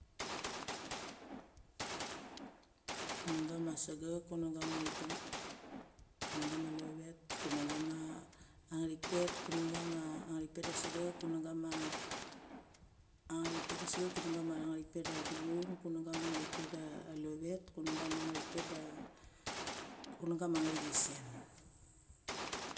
Kunangga ma segek, kunangga ma angom, kunangga ma levat, kunangga ma angthit pet, kunangga ma angthit pet de segek kunangga ma angthet pet de devaong kunangga ma ngthitpet de levavet, kunangga ma ngthitpet de levavet, kunangga ma ngthit pet, kunangga ma ngthisem.